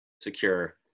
Secure